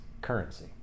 currency